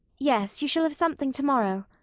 yes, you shall have something to-morrow.